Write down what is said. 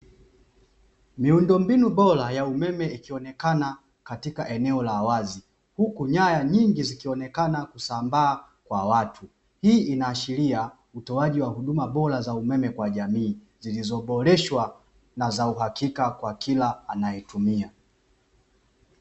Miundo mbinu bora ya umeme ikionekana katika eneo la wazi, huku nyaya nyingi zikionekana kusambaa kwa watu, hii inaashiria utoaji wa huduma bora za umeme kwa jamii, zilizoboreshwa na za uhakika kwa kila anayetumia.